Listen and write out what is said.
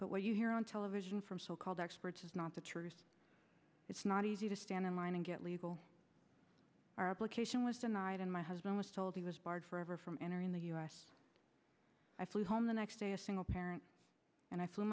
but what you hear on television from so called experts is not the truth it's not easy to stand in line and get legal our application was denied and my husband was told he was barred forever from entering the us i flew home the next day a single parent and i flew